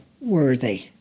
worthy